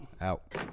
Out